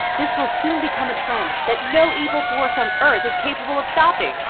this will soon become a trend that no evil force on earth is capable of stopping!